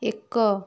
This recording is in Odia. ଏକ